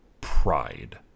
pride